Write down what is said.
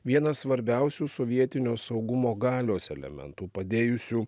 vieną svarbiausių sovietinio saugumo galios elementų padėjusių